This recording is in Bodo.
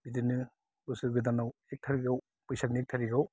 बिदिनो बोसोर गोदानाव एक तारिखाव बैसागनि एक तारिखाव